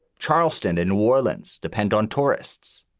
charleston in new orleans depend on tourists.